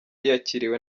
yakiriwe